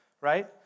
right